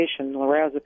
lorazepam